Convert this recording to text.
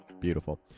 Beautiful